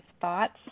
thoughts